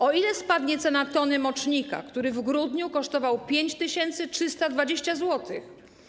O ile spadnie cena tony mocznika, która w grudniu kosztowała 5320 zł?